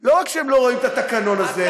שלא רק שהם לא רואים את התקנון הזה,